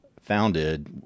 founded